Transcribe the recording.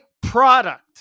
product